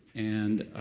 and